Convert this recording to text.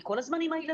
היא כל הזמן עם הילדים.